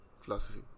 philosophy